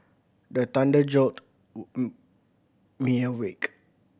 the thunder jolt me awake